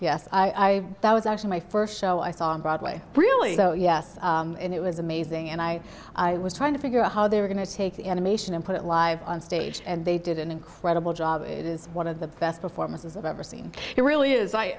yes i that was actually my first show i saw broadway really yes it was amazing and i was trying to figure out how they were going to take the animation and put it live on stage and they did an incredible job it is one of the best performances i've ever seen it really is i